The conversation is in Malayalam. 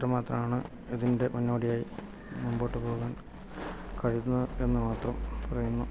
ഇത്രമാത്രമാണ് ഇതിൻ്റെ മുന്നോടിയായി മുമ്പോട്ടു പോകാൻ കഴിയുന്ന എന്നുമാത്രം പറയുന്നു